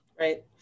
Right